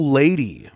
lady